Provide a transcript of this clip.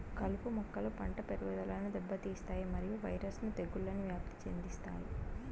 కలుపు మొక్కలు పంట పెరుగుదలను దెబ్బతీస్తాయి మరియు వైరస్ ను తెగుళ్లను వ్యాప్తి చెందిస్తాయి